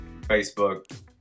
Facebook